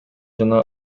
жана